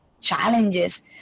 challenges